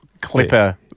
clipper